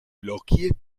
blockiert